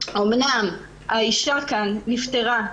אמנם האישה כאן נפטרה,